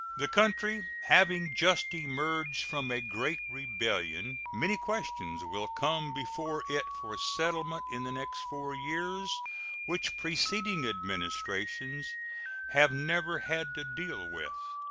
the country having just emerged from a great rebellion, many questions will come before it for settlement in the next four years which preceding administrations have never had to deal with.